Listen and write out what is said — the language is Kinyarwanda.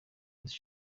miss